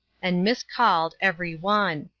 and miscalled, every one.